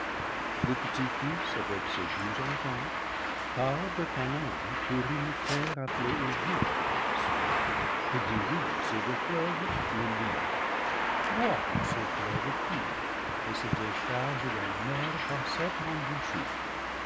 le petit-fils avec ses douze enfants part de chanaan pour une terre appelée egypte dans la suite que divise le fleuve le nil vois où ce fleuve coule et se décharge dans la mer par sept